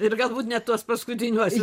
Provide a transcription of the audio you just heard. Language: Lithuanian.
ir galbūt ne tuos paskutiniuosius